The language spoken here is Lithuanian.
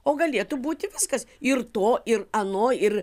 o galėtų būti viskas ir to ir ano ir